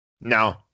No